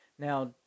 Now